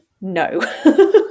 No